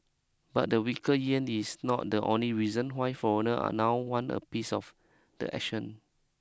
but the weaker yen is not the only reason why foreigner are now want a piece of the action